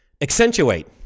Accentuate